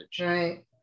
Right